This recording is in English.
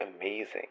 amazing